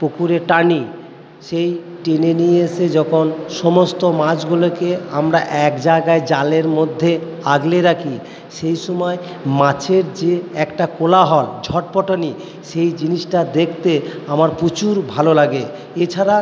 পুকুরে টানি সেই টেনে নিয়ে এসে যকন সমস্ত মাছগুলোকে আমরা এক জায়গায় জালের মধ্যে আগলে রাখি সেই সময় মাছের যে একটা কোলাহল ঝটপটানি সেই জিনিসটা দেখতে আমার প্রচুর ভালো লাগে এছাড়া